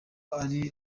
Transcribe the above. ari